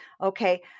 Okay